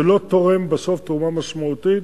זה לא תורם בסוף תרומה משמעותית.